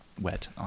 wet